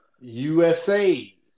USA